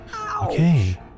Okay